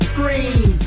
Screen